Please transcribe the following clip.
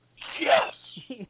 Yes